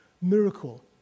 Miracle